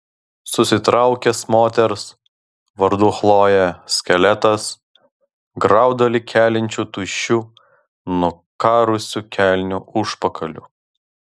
susitraukęs moters vardu chlojė skeletas graudulį keliančiu tuščiu nukarusiu kelnių užpakaliu